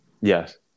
Yes